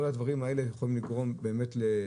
כל הדברים האלה יכולים לגרום לשינוי.